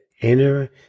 inner